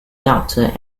doctor